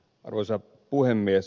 arvoisa puhemies